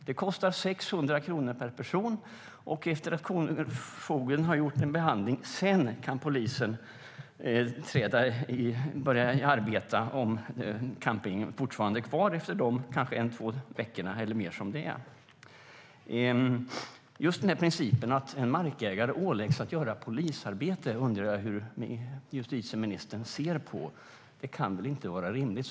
Det kostar 600 kronor per person. Först efter att kronofogden har gjort en behandling kan polisen börja arbeta - om campingen nu är kvar efter de kanske två veckor, eller mer, som har gått. Just principen att en markägare åläggs att göra polisarbete undrar jag hur justitieministern ser på. Det kan väl inte vara rimligt.